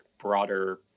broader